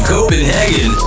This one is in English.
Copenhagen